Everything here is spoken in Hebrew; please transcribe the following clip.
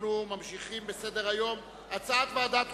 אנחנו ממשיכים בסדר-היום: הצעת ועדת החוקה,